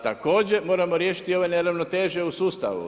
Također moramo riješiti i ove neravnoteže u sustavu.